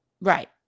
right